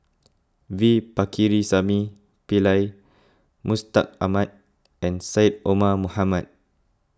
V Pakirisamy Pillai Mustaq Ahmad and Syed Omar Mohamed